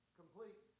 complete